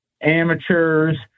amateurs